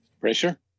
Pressure